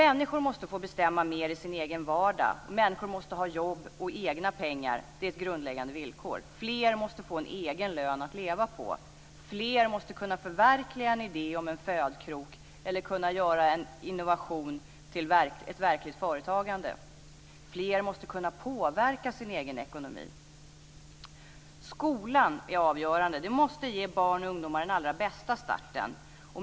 Människor måste få bestämma mer i sin egen vardag och människor måste ha jobb och egna pengar. Det är ett grundläggande villkor. Fler måste få en egen lön att leva på. Fler måste kunna förverkliga en idé om en födkrok eller kunna göra en innovation till ett verkligt företagande. Fler måste kunna påverka sin egen ekonomi. Skolan är avgörande.